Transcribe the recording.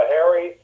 Harry